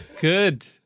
good